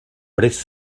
prest